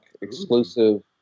exclusive